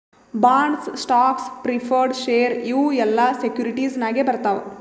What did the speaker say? bonds, stocks, preferred share ಇವು ಎಲ್ಲಾ securities ನಾಗೆ ಬರ್ತಾವ್